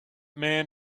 man